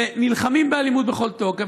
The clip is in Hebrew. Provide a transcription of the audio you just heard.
ונלחמים באלימות בכל תוקף.